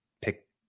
pick